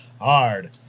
Hard